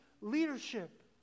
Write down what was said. leadership